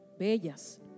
Bellas